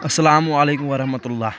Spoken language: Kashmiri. اسلام علیکم ورحمتہ اللہ